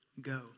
go